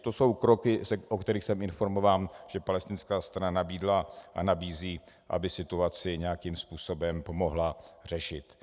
To jsou kroky, o kterých jsem informován, že palestinská strana nabídla a nabízí, aby situaci nějakým způsobem pomohla řešit.